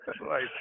Right